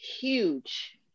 Huge